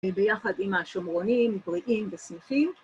‫ביחד עם השומרונים, בריאים ושמחים.